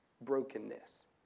brokenness